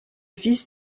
fils